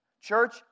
Church